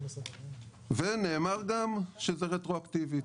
ונאמר גם שזה רטרואקטיבית,